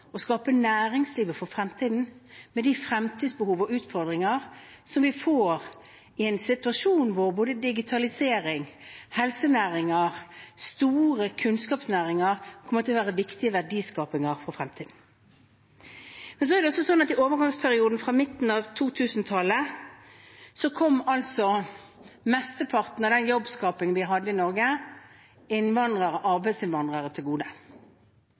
å skape næringslivet for fremtiden, med de fremtidsbehov og utfordringer som vi får i en situasjon hvor både digitalisering, helsenæringer og store kunnskapsnæringer kommer til å være viktige verdiskapere for fremtiden. I overgangsperioden fra midten av 2000-tallet kom mesteparten av den jobbskapingen vi hadde i Norge, innvandrere og arbeidsinnvandrere til gode.